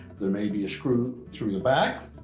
there may be a screw through the back.